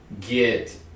get